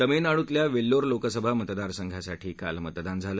तामिळनाडूतल्या वेल्लोर लोकसभा मतदारसंघासाठी काल मतदान झालं